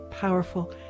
powerful